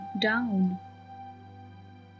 down